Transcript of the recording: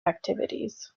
activities